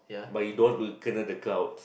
but you don't want to kena the clouds